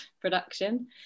production